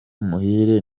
muhire